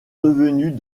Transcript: devenues